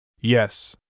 Yes